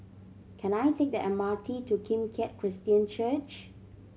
can I take the M R T to Kim Keat Christian Church